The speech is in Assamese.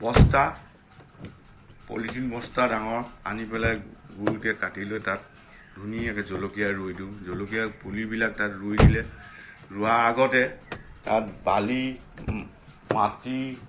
বস্তা পলিথিন বস্তা ডাঙৰ আনি পেলাই গুৰিতে কাটি লৈ তাত ধুনীয়াকৈ জলকীয়া ৰুই দিওঁ জলকীয়া পুলিবিলাক তাত ৰুই দিলে ৰোৱা আগতে তাত বালি মাটি